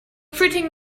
treating